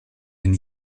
den